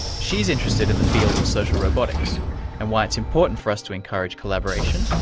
she's interested in the field of social robotics and why it's important for us to encourage collaboration,